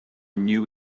new